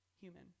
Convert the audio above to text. human